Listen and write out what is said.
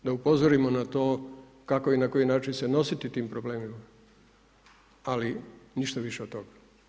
Da upozorimo na to kako i na koji način se nositi tim problemima, ali ništa više od toga.